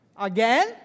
again